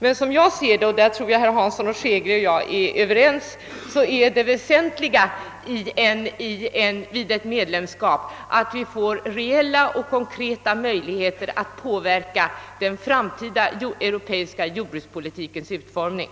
Men såsom jag ser det — och där tror jag herr Hansson i Skegrie och jag är överens — är det väsentliga vid ett fullt medlemskap att vi får reella och konkreta möjligheter att påverka den framtida europeiska jordbrukspolitikens utformning.